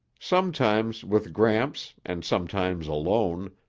sometimes with gramps and sometimes alone,